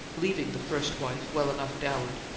leaving the first wife well enough dowered.